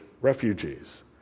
refugees